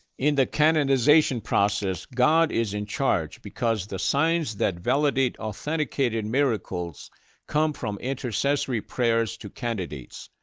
in the canonization process, god is in charge because the signs that validate authenticated miracles come from intercessory prayers to candidates.